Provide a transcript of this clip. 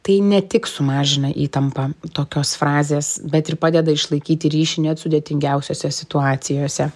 tai ne tik sumažina įtampą tokios frazės bet ir padeda išlaikyti ryšį net sudėtingiausiose situacijose